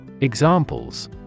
Examples